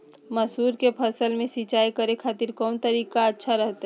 मसूर के फसल में सिंचाई करे खातिर कौन तरीका अच्छा रहतय?